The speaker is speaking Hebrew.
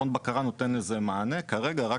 מכון בקרה נותן איזה מענה כרגע רק